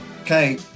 okay